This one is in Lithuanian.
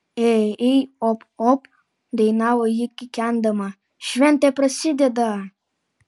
e ei op op dainavo ji kikendama šventė prasideda